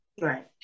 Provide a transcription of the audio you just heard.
right